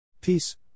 Peace